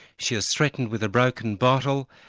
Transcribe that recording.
she was threatened with a broken bottle,